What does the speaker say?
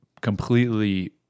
completely